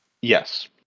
Yes